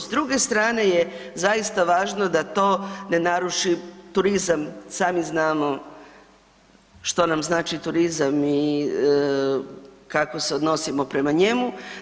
S druge strane je zaista važno da to ne naruši turizam, sami znamo što nam znači turizam i kako se odnosimo prema njemu.